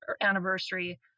anniversary